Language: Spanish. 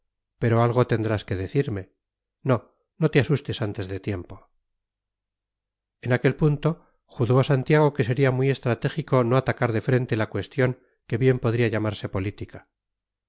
pero algo tendrás que decirme no no te asustes antes de tiempo en aquel punto juzgó santiago que sería muy estratégico no atacar de frente la cuestión que bien podría llamarse política